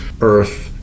earth